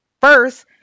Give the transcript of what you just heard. First